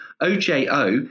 OJO